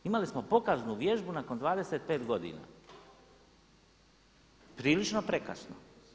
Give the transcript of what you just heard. Imali smo pokaznu vježbu nakon 25 godina, prilično prekasno.